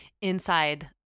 inside